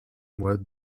mois